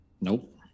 Nope